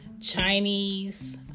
Chinese